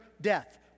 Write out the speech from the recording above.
death